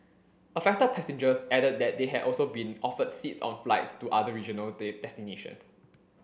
affected passengers added that they had also been offered seats on flights to other regional destinations